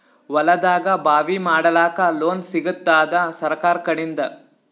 ಹೊಲದಾಗಬಾವಿ ಮಾಡಲಾಕ ಲೋನ್ ಸಿಗತ್ತಾದ ಸರ್ಕಾರಕಡಿಂದ?